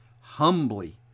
humbly